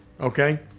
okay